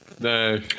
no